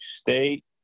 State